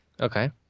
Okay